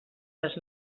les